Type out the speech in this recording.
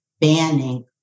banning